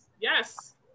yes